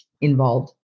involved